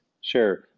Sure